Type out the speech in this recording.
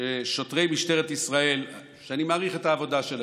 ששוטרי משטרת ישראל, שאני מעריך את העבודה שלהם,